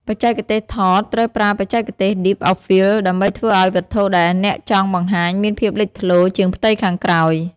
បច្ចេកទេសថតត្រូវប្រើបច្ចេកទេស Depth of Field ដើម្បីធ្វើឲ្យវត្ថុដែលអ្នកចង់បង្ហាញមានភាពលេចធ្លោជាងផ្ទៃខាងក្រោយ។